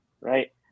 Right